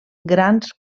grans